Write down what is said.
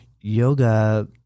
yoga